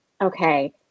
okay